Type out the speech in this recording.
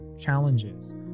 challenges